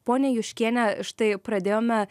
ponia juškiene štai pradėjome